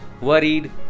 worried